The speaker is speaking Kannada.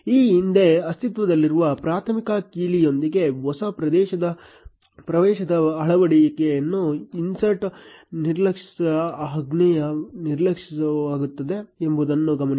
ಈ ಹಿಂದೆ ಅಸ್ತಿತ್ವದಲ್ಲಿರುವ ಪ್ರಾಥಮಿಕ ಕೀಲಿಯೊಂದಿಗೆ ಹೊಸ ಪ್ರವೇಶದ ಅಳವಡಿಕೆಯನ್ನು ಇನ್ಸರ್ಟ್ ನಿರ್ಲಕ್ಷಿಸು ಆಜ್ಞೆಯು ನಿರ್ಲಕ್ಷಿಸುತ್ತದೆ ಎಂಬುದನ್ನು ಗಮನಿಸಿ